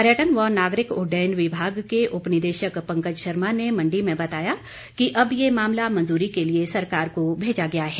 पर्यटन व नागरिक उड्डयन विभाग के उपनिदेशक पंकज शर्मा ने मंडी में बताया कि अब ये मामला मंजूरी के लिए सरकार को भेजा गया है